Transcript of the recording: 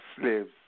slaves